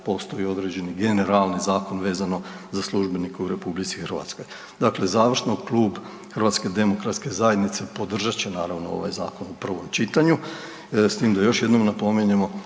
postoji određeni generalni zakon vezano za službenike u RH. Dakle, završno klub HDZ-a podržat će naravno ovaj zakon u prvom čitanju, s tim da još jednom napominjemo,